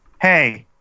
hey